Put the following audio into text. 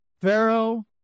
Pharaoh